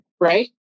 right